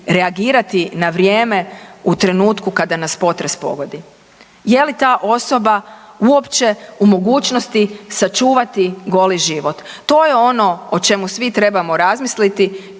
reagirati na vrijeme u trenutku kada nas potres pogodi. Je li ta osoba uopće u mogućnosti sačuvati goli život? To je ono o čemu svi trebamo razmisliti